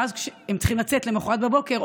ואז הם צריכים לצאת למוחרת בבוקר,